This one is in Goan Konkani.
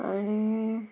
आनी